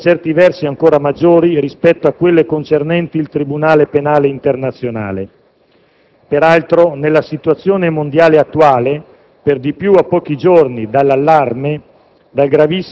che sono, per certi versi, ancora maggiori rispetto a quelle concernenti il Tribunale penale internazionale. Peraltro, nella situazione mondiale attuale, per di più a pochi giorni dal